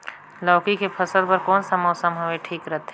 लौकी के फसल बार कोन सा मौसम हवे ठीक रथे?